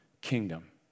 kingdom